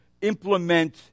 implement